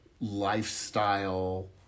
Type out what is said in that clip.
lifestyle